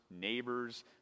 neighbors